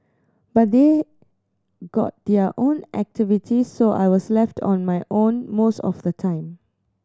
but they got their own activities so I was left on my own most of the time